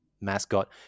mascot